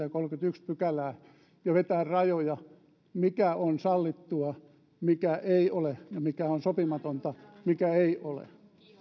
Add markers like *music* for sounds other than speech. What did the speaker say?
*unintelligible* ja kolmattakymmenettäensimmäistä pykälää ja vetää rajoja sille mikä on sallittua mikä ei ole ja mikä on sopimatonta mikä ei ole